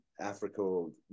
Africa